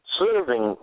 serving